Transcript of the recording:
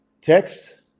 text